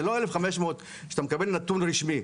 זה לא 1,500, שאתה מקבל נתון רשמי.